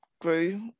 grew